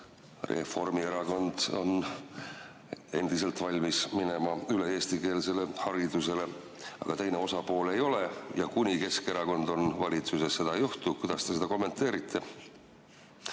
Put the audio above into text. Reformierakond on endiselt valmis minema üle eestikeelsele haridusele, aga teine osapool ei ole ja kuni Keskerakond on valitsuses, seda ei juhtu, siis kuidas te seda kommenteerite?